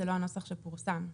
זה לא הנוסח שפורסם.